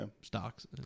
Stocks